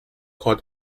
called